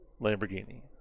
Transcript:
Lamborghini